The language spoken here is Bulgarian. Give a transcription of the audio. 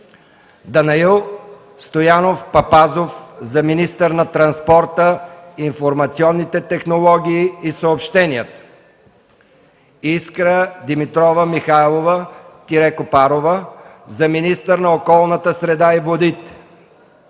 Данаил Стоянов Папазов за министър на транспорта, информационните технологии и съобщенията; - Искра Димитрова Михайлова-Копарова за министър на околната среда и водите;